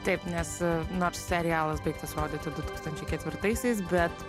taip nes nors serialas baigtas rodyti du tūkstančiai ketvirtaisiais bet